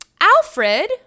Alfred